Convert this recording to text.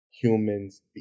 humans